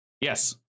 Yes